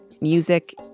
music